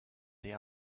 the